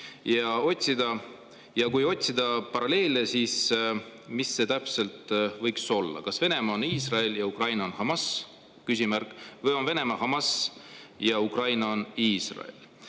ette, ja kui otsida paralleele, siis mis see täpselt võiks olla, kas Venemaa on Iisrael ja Ukraina on Hamas või on Venemaa Hamas ja Ukraina on Iisrael.